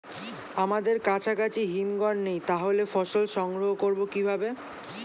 আমাদের কাছাকাছি হিমঘর নেই তাহলে ফসল সংগ্রহ করবো কিভাবে?